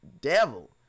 devil